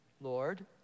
Lord